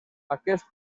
aquest